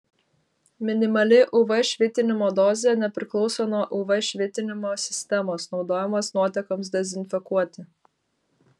minimali uv švitinimo dozė nepriklauso nuo uv švitinimo sistemos naudojamos nuotekoms dezinfekuoti